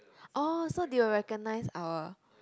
orh so they will recognise our